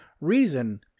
reason